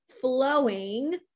flowing